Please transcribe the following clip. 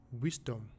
Wisdom